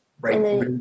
right